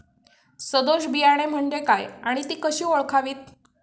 सदोष बियाणे म्हणजे काय आणि ती कशी ओळखावीत?